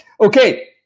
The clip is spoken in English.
Okay